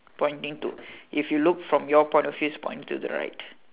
pointing to if you look from your point of view it's point to the right